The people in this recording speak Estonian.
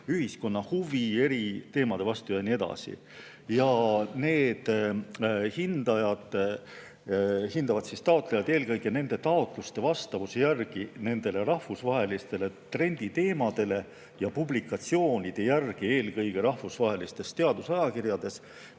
ühiskonna huvi eri teemade vastu ja nii edasi. Ja need hindajad hindavad taotlejaid eelkõige nende taotluste vastavuse järgi rahvusvahelistele trenditeemadele ja publikatsioonide järgi eelkõige rahvusvahelistes teadusajakirjades,